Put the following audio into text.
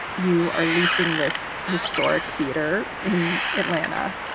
you are leasing this historic theater in atlanta,